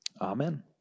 Amen